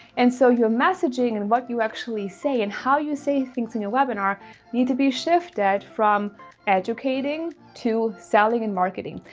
and so your messaging and what you actually say and how you say things in your webinar need to be shifted from educating to selling and marketing.